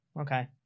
okay